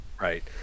right